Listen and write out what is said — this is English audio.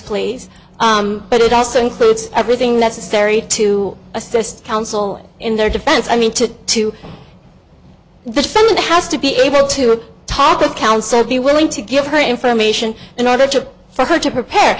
plays but it also includes everything necessary to assist counsel in their defense i mean to to the defendant has to be able to talk to counsel be willing to give her information in order to for her to prepare